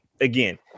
again